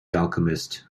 alchemist